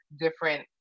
different